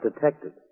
detective